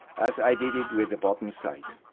as i did with the bottom side.